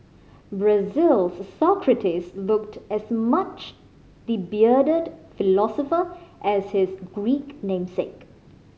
Brazil's Socrates looked as much the bearded philosopher as his Greek namesake